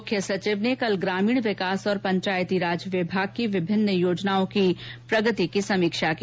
मुख्य सचिव ने कल ग्रामीण विकास और पंचायती राज विभाग की विभिन्न योजनाओं की अधिकारियों के साथ प्रगति की समीक्षा की